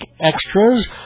extras